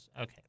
okay